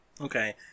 Okay